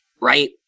right